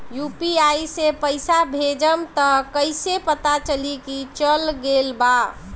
UPI से पइसा भेजम त कइसे पता चलि की चल गेल बा की न?